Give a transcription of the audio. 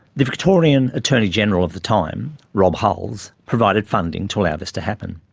the victorian attorney-general of the time, rob hulls, provided funding to allow this to happen.